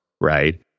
Right